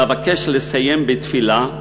אבקש לסיים בתפילה: